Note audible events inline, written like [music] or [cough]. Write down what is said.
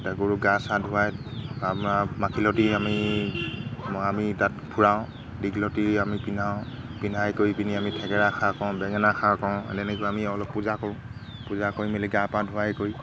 গৰুক গা চা ধুৱাই আমাৰ মাখিলতি আমি [unintelligible] আমি তাত ফুৰাওঁ দীঘলতি আমি পিন্ধাওঁ পিন্ধাই কৰি পিনি আমি থেকেৰা খা কওঁ বেঙেনা খা কওঁ তেনেকৈ আমি অলপ পূজা কৰোঁ পূজা কৰি মেলি গা পা ধুৱাই কৰি